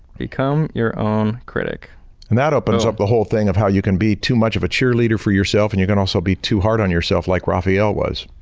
become your own critic. marshall and that opens up the whole thing of how you can be too much of a cheerleader for yourself and you can also be too hard on yourself like rafael was.